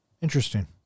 Interesting